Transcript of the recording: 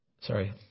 Sorry